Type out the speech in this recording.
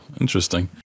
interesting